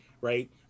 right